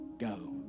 Go